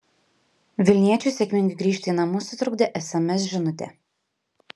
vilniečiui sėkmingai grįžti į namus sutrukdė sms žinutė